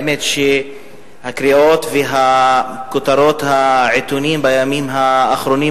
האמת היא שהקריאות וכותרות העיתונים בימים האחרונים,